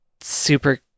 super